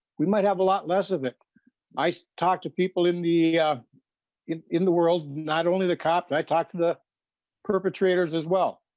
we might have a lot less of it i talk to people in the yeah in in the world not only the cop but my talk to the perpetrators as well.